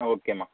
ஓகேம்மா